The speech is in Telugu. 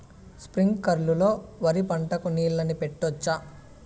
స్ప్రింక్లర్లు లో వరి పంటకు నీళ్ళని పెట్టొచ్చా?